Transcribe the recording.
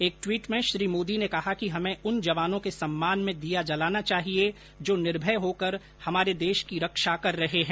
एक ट्वीट में श्री मोदी ने कहा कि हमें उन जवानों के सम्मान में दीया जलाना चाहिए जो निर्भय होकर हमारे देश की रक्षा कर रहे हैं